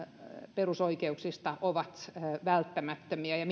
perusoikeuksista ovat välttämättömiä ja